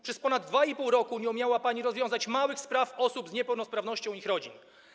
Przez ponad 2,5 roku nie umiała pani rozwiązać małych spraw osób z niepełnosprawnością i ich rodzin.